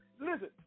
Listen